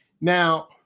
now